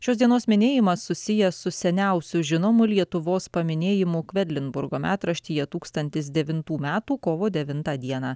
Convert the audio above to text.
šios dienos minėjimas susijęs su seniausiu žinomu lietuvos paminėjimu kvedlinburgo metraštyje tūkstantis devintų metų kovo devintą dieną